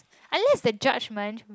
unless the judgement